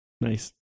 Nice